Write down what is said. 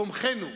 תומכינו,